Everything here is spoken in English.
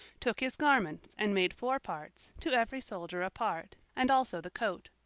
took his garments and made four parts, to every soldier a part and also the coat.